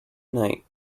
night